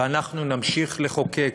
ונמשיך לחוקק